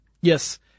Yes